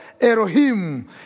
Elohim